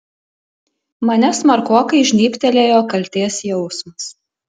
mane smarkokai žnybtelėjo kaltės jausmas